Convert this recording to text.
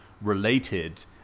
related